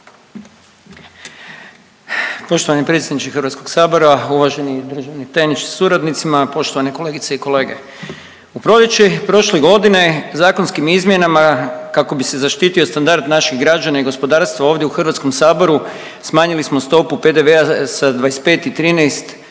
Poštovani predsjedniče Hrvatskog sabora, uvaženi državni tajniče sa suradnicima, poštovane kolegice i kolege. U proljeće prošle godine zakonskim izmjenama kako bi se zaštitio standard naših građana i gospodarstva ovdje u Hrvatskom saboru smanjili smo stopu PDV-a sa 25 i 13%